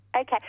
Okay